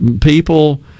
People